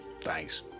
Thanks